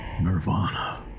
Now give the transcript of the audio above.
Nirvana